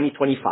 2025